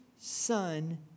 son